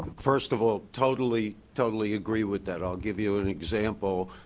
first of all, totally totally agree with that. i'll give you an example.